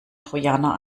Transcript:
trojaner